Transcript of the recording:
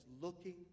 looking